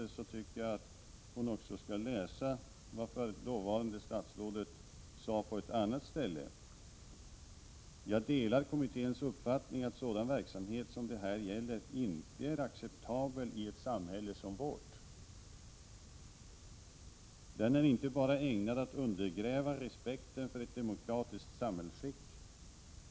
Men jag tycker att hon också skall läsa vad dåvarande statsrådet sade på ett annat ställe i propositionen, nämligen: ”Jag delar kommitténs uppfattning att sådan verksamhet som det här gäller inte är acceptabel i ett samhälle som vårt. Den är inte bara ägnad att undergräva respekten för ett demokratiskt samhällsskick.